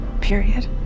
period